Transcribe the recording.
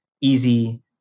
easy